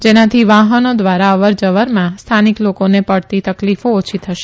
જેનાથી વાહનો ધ્વારા અવર જવરમાં સ્થાનિક લોકોને પડતી તકલીફો ઓછી થશે